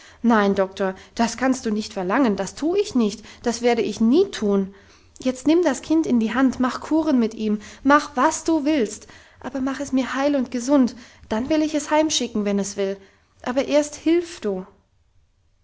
nein doktor das kannst du nicht verlangen das tu ich nicht das werde ich nie tun jetzt nimm das kind in die hand mach kuren mit ihm mach was du willst aber mach es mir heil und gesund dann will ich es heimschicken wenn es will aber erst hilf du